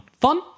Fun